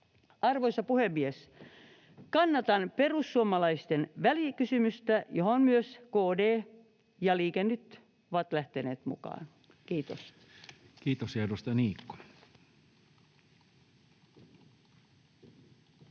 Arvoisa puhemies! Kannatan perussuomalaisten välikysymystä, johon myös KD ja Liike Nyt ovat lähteneet mukaan. — Kiitos. [Speech 265] Speaker: Toinen